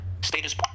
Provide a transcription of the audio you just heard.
Status